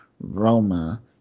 Roma